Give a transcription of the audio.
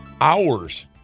hours